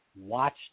watch